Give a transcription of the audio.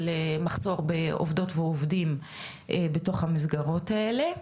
מחסור בעובדות ועובדים בתוך המסגרות האלה,